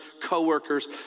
co-workers